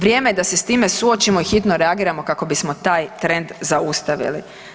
Vrijeme je da se s time suočimo i hitno reagiramo kako bismo taj trend zaustavili.